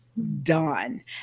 Done